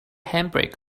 handbrake